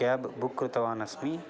cab book कृतवान् अस्मि